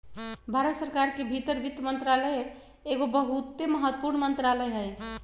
भारत सरकार के भीतर वित्त मंत्रालय एगो बहुते महत्वपूर्ण मंत्रालय हइ